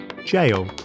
jail